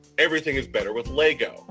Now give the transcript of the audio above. everything is better with lego.